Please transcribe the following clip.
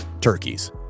turkeys